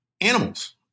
animals